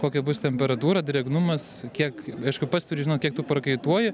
kokia bus temperatūra drėgnumas kiek aišku pats turi žinot kiek tu prakaituoji